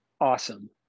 awesome